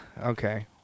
Okay